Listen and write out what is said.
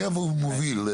מי המוביל?